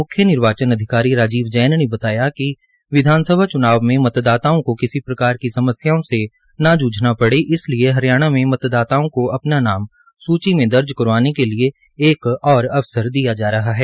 मुख्य निर्वाचन अधिकारी राजीव जैन ने बताया कि विधानसभा च्नाव में मतदाताओं किसी प्रकार की समस्याओं से न जूझाना पड़ा इसलिये हरियाणा में मतदाताओं को अपना नाम सूची मे दर्ज करवाने के लिये एक और अवसर दिया जा रहा है